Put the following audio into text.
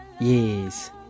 Yes